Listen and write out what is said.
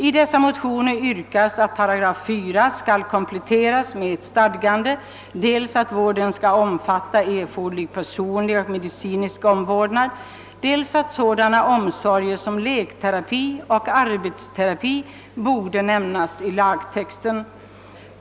I dessa motioner yrkas att 4§ skall kompletteras med stadgande om att vården skall omfatta erforderlig personlig och medicinsk omvårdnad samt att sådana omsorger som lekterapi och arbetsterapi skall nämnas i lagtexten.